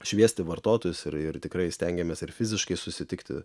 šviesti vartotojus ir ir tikrai stengiamės ir fiziškai susitikti